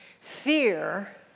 Fear